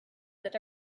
that